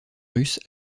russe